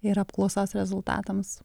ir apklausos rezultatams